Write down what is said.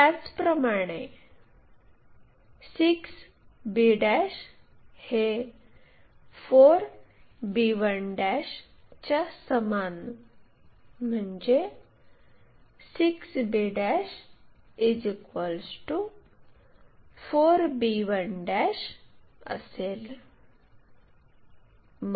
त्याचप्रमाणे 6 b हे 4 b 1 च्या समान म्हणजे 6 b 4 b1 असेल